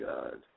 God